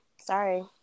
Sorry